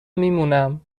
میمونم